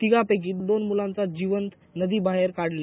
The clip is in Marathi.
तिघांपैकी दोन मुलांना जिवंत नदी बाहेर काढले